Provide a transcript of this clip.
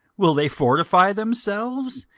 will they fortify themselves?